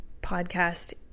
podcast